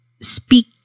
Speak